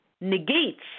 negates